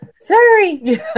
sorry